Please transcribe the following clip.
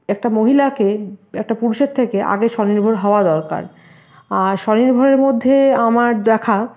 একটা মহিলাকে একটা পুরুষের থেকে আগে স্বনির্ভর হওয়া দরকার আর স্বনির্ভরের মধ্যে আমার দেখা